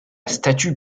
statue